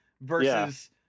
versus